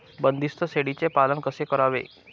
बंदिस्त शेळीचे पालन कसे करावे?